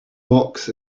box